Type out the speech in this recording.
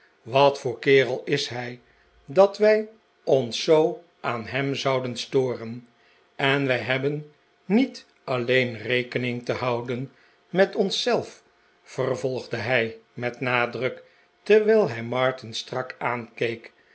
wat voor kerel is hij dat wij ons zoo aan hem zouden storen en wij hebben niet alleen rekcning te houden met ons zelf vervolgde hij met nadruk terwijl hij martin strak aankeek